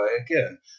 again